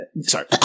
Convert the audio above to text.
Sorry